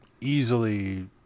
easily